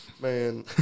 Man